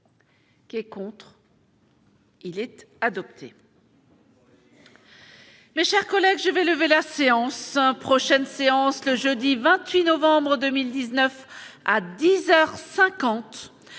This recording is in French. Qui est contre, il est adopté.